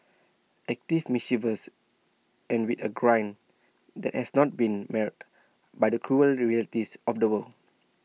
active mischievous and with A grin that has not been marred by the cruel realities of the world